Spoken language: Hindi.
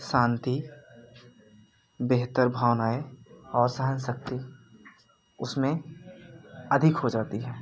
शांति बेहतर भावनाएँ और सहनशक्ति उसमें अधिक हो जाती हैं